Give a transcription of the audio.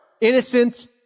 innocent